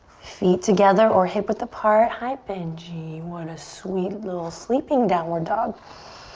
feet together or hip width apart. hi benji. what a sweet little sleeping downward dog.